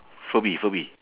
furby furby